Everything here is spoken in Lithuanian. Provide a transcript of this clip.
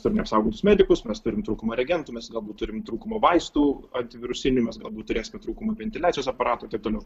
turim neapsaugotus medikus mes turim trūkumą reagentų mes galbūt turim trūkumą vaistų antivirusinių mes galbūt turėsime trūkumų ventiliacijos aparatų ir taip toliau